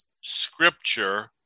scripture